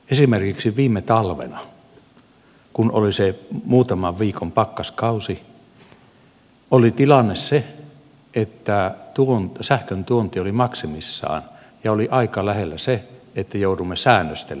esimerkiksi viime talvena kun oli se muutaman viikon pakkaskausi oli tilanne se että sähköntuonti oli maksimissaan ja oli aika lähellä se että joudumme säännöstelemään sähköä